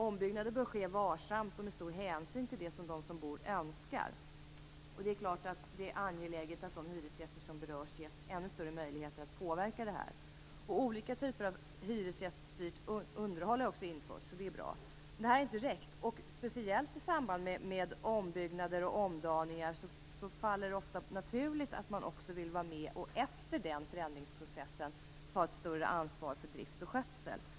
Ombyggnader bör göras varsamt och med stor hänsyn till de boendes önskemål, och det är angeläget att de berörda hyresgästerna ges ännu större möjlighet att påverka. Olika typer av hyresgäststyrt underhåll har införts, och det är bra. Men det har inte räckt. I samband med ombyggnader och omdaningar faller det sig speciellt naturligt att hyresgästerna efter den förändringsprocessen vill ta ett större ansvar för drift och skötsel.